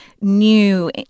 new